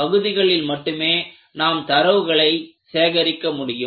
பகுதிகளில் மட்டுமே நாம் தரவுகளை சேகரிக்க முடியும்